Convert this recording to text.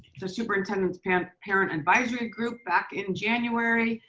the superintendent's parent parent advisory group back in january,